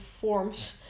forms